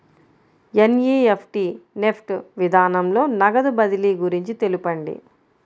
NEFT NEFT విధానంలో నగదు బదిలీ గురించి తెలుపండి?